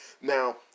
Now